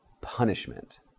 punishment